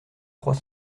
trois